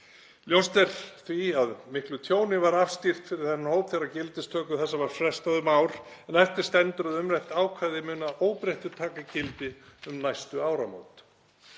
Ljóst er því að miklu tjóni var afstýrt fyrir þennan hóp þegar gildistöku þessa var frestað um ár en eftir stendur að umrætt ákvæði mun að óbreyttu taka gildi um næstu áramót.